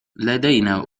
لدينا